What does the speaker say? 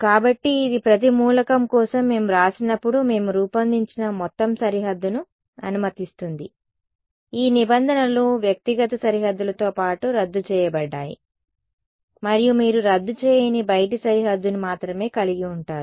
కాబట్టి ఇది ప్రతి మూలకం కోసం మేము వ్రాసినప్పుడు మేము రూపొందించిన మొత్తం సరిహద్దుని అనుమతిస్తుంది ఈ నిబంధనలు వ్యక్తిగత సరిహద్దులతో పాటు రద్దు చేయబడ్డాయి మరియు మీరు రద్దు చేయని బయటి సరిహద్దును మాత్రమే కలిగి ఉంటారు